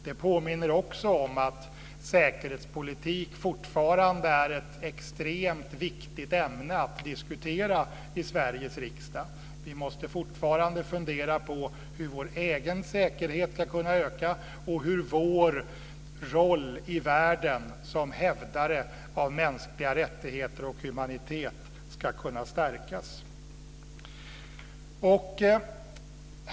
Det påminner också om att säkerhetspolitik fortfarande är ett extremt viktigt ämne att diskutera i Sveriges riksdag. Vi måste fortfarande fundera på hur vår egen säkerhet ska kunna öka och hur vår roll i världen som hävdare av mänskliga rättigheter och humanitet ska kunna stärkas.